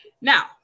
Now